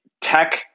tech